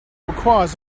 requires